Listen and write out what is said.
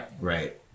right